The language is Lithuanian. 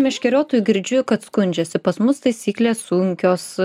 meškeriotojų girdžiu kad skundžiasi pas mus taisyklės sunkios